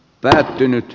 pelkät hymyt